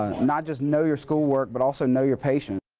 not just know your schoolwork but also know your patient.